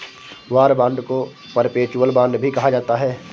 war bond को perpetual bond भी कहा जाता है